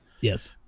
Yes